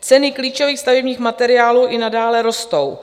Ceny klíčových stavebních materiálů i nadále rostou.